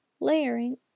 layering